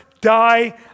die